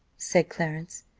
said clarence.